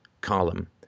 column